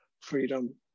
freedom